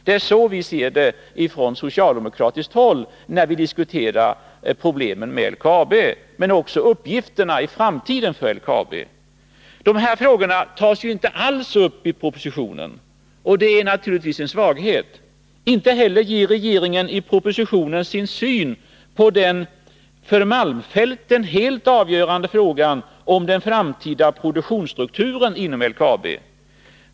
Så ser vi det från socialdemokratiskt håll när vi diskuterar problemen men också uppgifterna i framtiden för LKAB. De här frågorna tas inte alls upp i propositionen, och det är naturligtvis en svaghet. Inte heller ger regeringen i propositionen sin syn på den för malmfälten helt avgörande frågan om den framtida produktionsstrukturen inom LKAB.